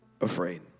afraid